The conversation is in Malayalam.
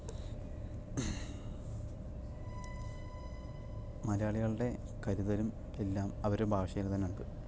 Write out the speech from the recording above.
മലയാളികളുടെ കരുതലും എല്ലാം അവരുടെ ഭാഷയിൽ തന്നെയുണ്ട്